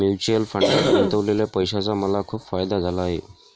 mutual फंडात गुंतवलेल्या पैशाचा मला खूप फायदा झाला आहे